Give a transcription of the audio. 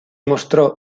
mostró